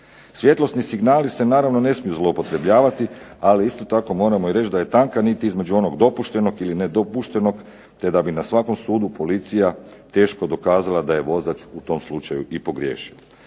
Svjetlosni signali se naravno ne smiju zloupotrebljavati, ali isto tako moramo i reći da je tanka nit između onog dopuštenog ili nedopuštenog te da bi na svakom sudu policija teško dokazala da je vozač u tom slučaju i pogriješio.